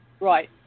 Right